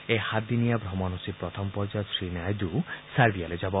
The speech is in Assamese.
এই সাতদিনীয়া ভ্ৰমণসূচীৰ প্ৰথম পৰ্যায়ত শ্ৰী নাইডু ছাৰ্বিয়ালৈ যাব